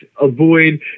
avoid